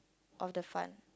of the fund